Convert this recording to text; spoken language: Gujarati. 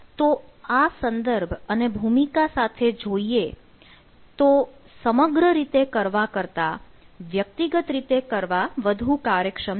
તો આ સંદર્ભ અને ભૂમિકા સાથે જોઈએ તો આ સમગ્ર રીતે કરવા કરતાં વ્યક્તિગત રીતે કરવા વધુ કાર્યક્ષમ છે